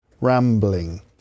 rambling